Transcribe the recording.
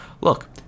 look